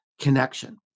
connection